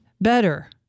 better